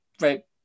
right